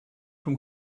from